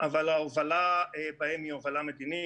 אבל ההובלה בהם היא הובלה מדינית,